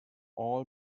all